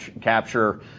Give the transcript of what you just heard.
capture